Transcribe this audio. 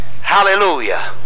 hallelujah